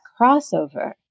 crossover